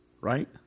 Right